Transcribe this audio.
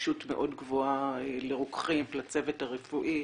נגישות מאוד גבוהה לרוקחים, לצוות הרפואי,